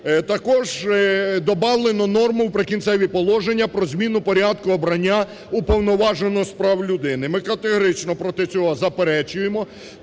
Також добавлено норму в "Прикінцеві положення" про зміну порядку обрання Уповноваженого з прав людини. Ми категорично проти цього заперечуємо,